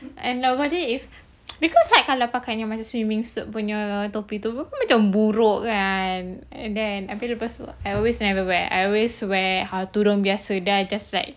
and normally if because kalau pakai swimming suit punya topi tu bukan macam buruk kan and then habis lepas tu I always never wear I always wear tudung biasa just like